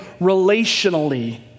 relationally